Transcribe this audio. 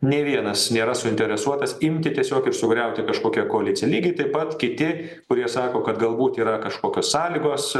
nė vienas nėra suinteresuotas imti tiesiog ir sugriauti kažkokią koaliciją lygiai taip pat kiti kurie sako kad galbūt yra kažkokios sąlygos